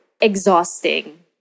exhausting